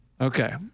Okay